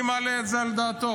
מי מעלה את זה על דעתו?